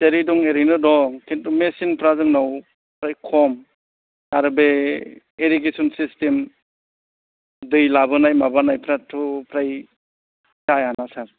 जेरै दं ओरैनो दं खिन्थु मिसिनफ्रा जोंनावहाय खम आर बे एरिगेसन सिसथेम दै लाबोनाय माबानायफ्राथ' फ्राय जाया ना सार